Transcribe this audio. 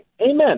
amen